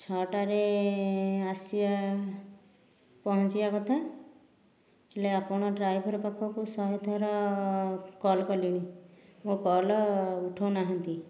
ଛଅ ଟାରେ ଆସିବା ପହଞ୍ଚିବା କଥା ହେଲେ ଆପଣ ଡ୍ରାଇଭର ପାଖକୁ ଶହେ ଥର କଲ କଲିଣି ମୋ କଲ୍ ଉଠଉନାହାନ୍ତି